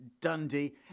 Dundee